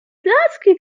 placki